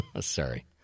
Sorry